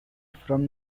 from